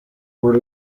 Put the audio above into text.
were